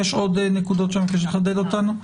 יש עוד נקודות שאת מבקשת לחדד לנו?